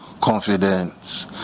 confidence